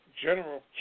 General